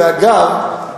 ואגב,